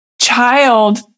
child